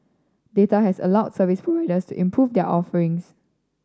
data has allowed service providers to improve their offerings